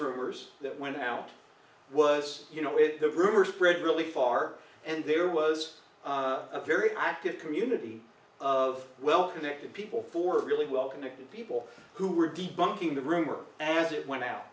rumors that went out was you know with the rumor spread really far and there was a very active community of well connected people for really well connected people who were deep bunking the rumor as it went out